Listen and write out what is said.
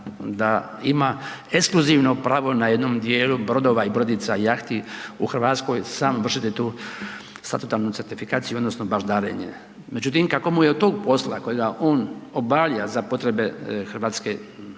da ima ekskluzivno pravo na jednom djelu brodova i brodica i jahti u Hrvatskoj, sam vršitelj tu statutarnu certifikaciju odnosno baždarenje. Međutim, kako mu je od tog posla kojega on obavlja za potrebe hrvatske